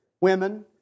women